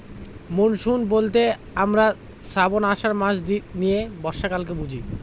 monsoon বলতে আমরা শ্রাবন, আষাঢ় মাস নিয়ে বর্ষাকালকে বুঝি